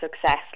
success